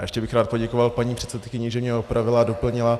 Ještě bych rád poděkoval paní předsedkyni, že mě opravila a doplnila.